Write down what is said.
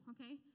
okay